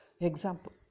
Example